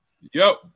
Yo